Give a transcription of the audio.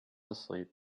asleep